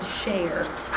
share